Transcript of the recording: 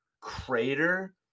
crater